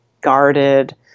guarded